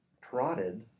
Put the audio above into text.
prodded